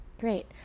great